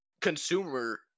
consumer